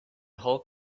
whole